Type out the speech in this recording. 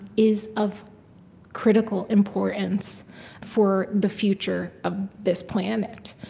is of critical importance for the future of this planet.